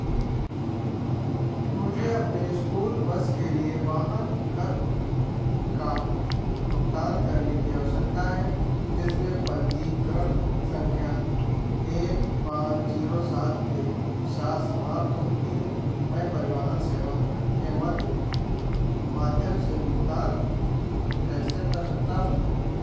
मुझे अपने school bus के लिए वाहन कर का भुगतान करने की आवश्यकता है जिसमें पंजीकरण संख्या एक पाँच जीरो सात के साथ समाप्त होती है मैं परिवहन सेवा के माध्यम से भुगतान कैसे कर सकता हूँ